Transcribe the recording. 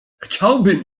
chciałbym